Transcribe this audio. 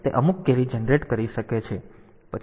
તેથી તે અમુક કેરી જનરેટ કરી શકે છે